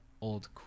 old